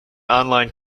online